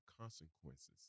consequences